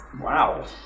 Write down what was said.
Wow